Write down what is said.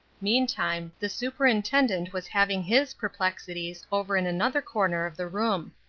meantime, the superintendent was having his perplexities over in another corner of the room.